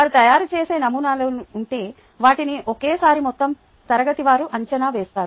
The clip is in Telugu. వారు తయారుచేసే నమూనాలు ఉంటే వాటిని ఒకే సారి మొత్తం తరగతి వారు అంచనా వేస్తారు